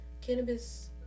cannabis